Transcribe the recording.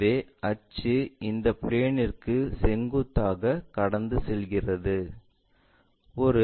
எனவே அச்சு இந்த பிளேன்ற்கு செங்குத்தாக கடந்து செல்கிறது